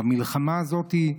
במלחמה הזאת,